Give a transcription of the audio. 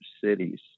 cities